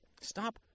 Stop